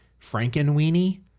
Frankenweenie